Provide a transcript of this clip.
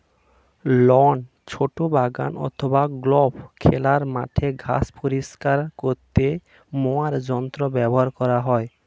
loan, ছোট বাগান অথবা গল্ফ খেলার মাঠের ঘাস পরিষ্কার করতে মোয়ার যন্ত্র ব্যবহার করা হয়